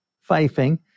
fifing